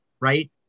right